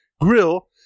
Grill